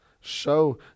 Show